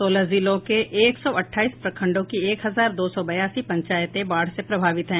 सोलह जिलों के एक सौ अट्ठाईस प्रखंडों की एक हजार दो सौ बयासी पंचायतें बाढ़ से प्रभावित हैं